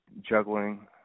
juggling